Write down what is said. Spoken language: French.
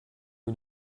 que